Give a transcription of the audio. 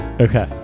okay